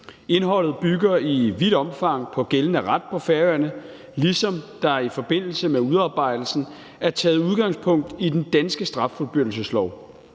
Indholdet bygger i vidt omfang på gældende ret på Færøerne, ligesom der i forbindelse med udarbejdelsen er taget udgangspunkt i den danske straffuldbyrdelseslov.